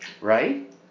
right